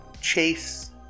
Chase